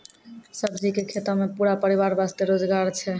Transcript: सब्जी के खेतों मॅ पूरा परिवार वास्तॅ रोजगार छै